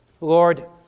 Lord